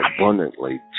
abundantly